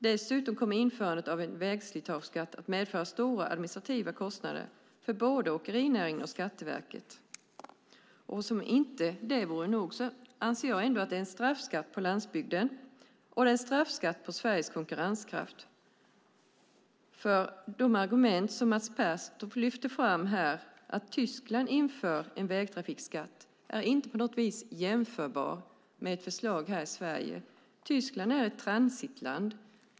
Dessutom kommer införandet av en vägslitageskatt att medföra stora administrativa kostnader för både åkerinäringen och Skatteverket. Som om inte det vore nog anser jag att det är en straffskatt på landsbygden och på Sveriges konkurrenskraft. De argument som Mats Pertoft här lyfte fram för att Tyskland inför en vägtrafikskatt är inte på något sätt jämförbara för förslaget här i Sverige. Tyskland är ett transitland.